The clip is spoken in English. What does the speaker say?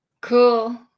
Cool